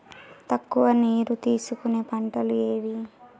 తక్కువ నీరు తీసుకునే పంటలు ఏవి?